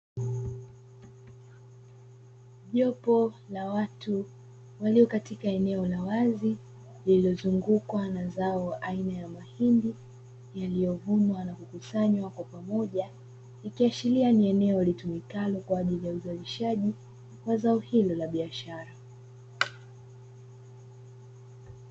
Jopo la watu walio katika eneo la wazi lililozungukwa na zao aina ya mahindi yaliyovunwa na kukusanywa kwa pamoja, ikiashiria ni eneo litumikalo kwa ajili ya uzalishaji wa zao hilo la biashara.